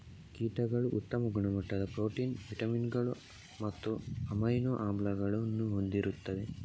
ಕೀಟಗಳು ಉತ್ತಮ ಗುಣಮಟ್ಟದ ಪ್ರೋಟೀನ್, ವಿಟಮಿನುಗಳು ಮತ್ತು ಅಮೈನೋ ಆಮ್ಲಗಳನ್ನು ಹೊಂದಿರುತ್ತವೆ